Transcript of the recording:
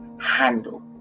handle